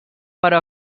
però